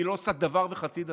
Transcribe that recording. היא לא עושה דבר וחצי דבר.